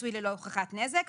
פיצוי ללא הוכחת נזק.